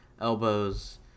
elbows